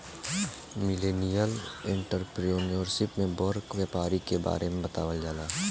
millennial entrepreneurship में बड़ व्यापारी के बारे में बतावल जाला